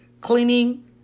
cleaning